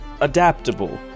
adaptable